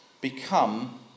become